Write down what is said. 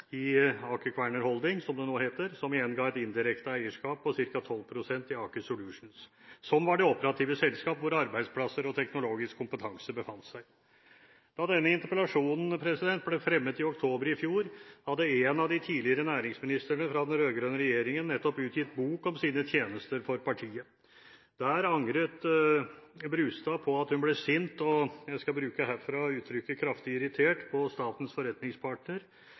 i Aker Kværner Holding, som det når heter. Det ga igjen et indirekte eierskap på ca. 12 pst. i Aker Solutions, som var det operative selskapet hvor arbeidsplasser og teknologisk kompetanse befant seg. Da denne interpellasjonen ble fremmet i oktober i fjor, hadde en av de tidligere næringsministrene fra den rød-grønne regjeringen nettopp utgitt bok om sine tjenester for partiet. Der angret Brustad på at hun ble sint – og jeg skal herfra bruke uttrykket «kraftig irritert» – på statens forretningspartner